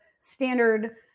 standard